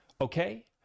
Okay